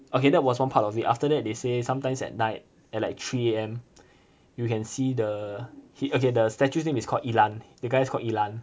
okay that was one part of it after that they say sometimes at night at like three A_M you can see the he okay the statues name is called yi lan the guy is called yi lan